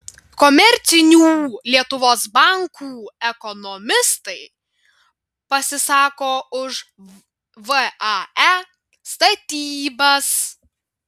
komercinių lietuvos bankų ekonomistai pasisako už vae statybas